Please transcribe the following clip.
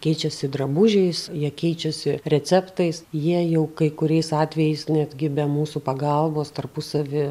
keičiasi drabužiais jie keičiasi receptais jie jau kai kuriais atvejais netgi be mūsų pagalbos tarpusavy